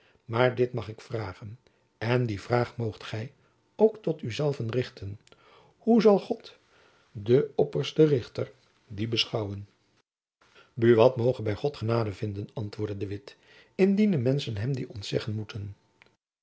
maar dit mag ik vragen en die vraag moogt gy ook tot uzelven richten hoe zal god de opperste richter die beschouwen buat moge by god genade vinden antwoordde de witt indien de menschen hem die ontzeggen moeten